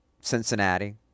Cincinnati